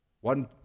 One